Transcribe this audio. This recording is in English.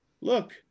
look